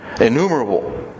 innumerable